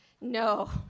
no